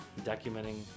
documenting